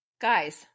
Guys